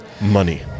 Money